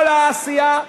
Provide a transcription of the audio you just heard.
כל העשייה,